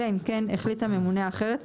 אלא אם כן החלט הממונה אחרת,